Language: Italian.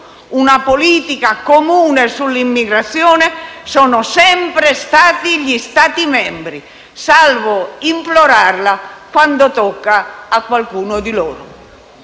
una politica comune sull'immigrazione sono sempre stati gli Stati membri, salvo implorarla quando tocca a qualcuno di loro.